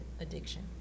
addiction